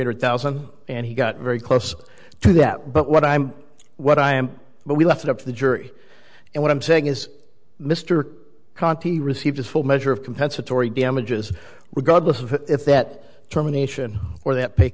hundred thousand and he got very close to that but what i'm what i am but we left it up to the jury and what i'm saying is mr conti received his full measure of compensatory damages regardless of if that terminations or that p